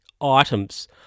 items